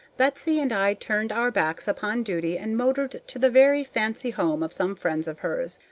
betsy and i turned our backs upon duty and motored to the very fancy home of some friends of hers,